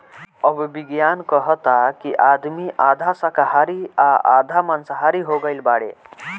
अब विज्ञान कहता कि आदमी आधा शाकाहारी आ आधा माँसाहारी हो गईल बाड़े